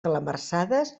calamarsades